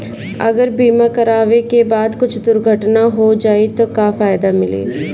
अगर बीमा करावे के बाद कुछ दुर्घटना हो जाई त का फायदा मिली?